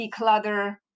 declutter